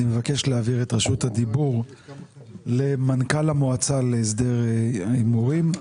אני מבקש להעביר את רשות הדיבור למנכ"ל המועצה להסדר הימורים בספורט,